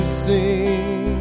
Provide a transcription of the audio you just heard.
sing